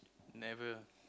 never